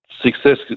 success